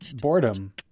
boredom